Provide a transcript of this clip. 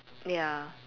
ya